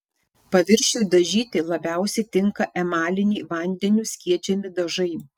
paviršiui dažyti labiausiai tinka emaliniai vandeniu skiedžiami dažai